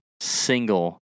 single